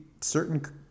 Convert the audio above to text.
certain